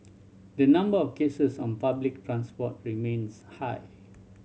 the number of cases on public transport remains high